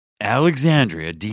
Alexandria